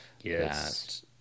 Yes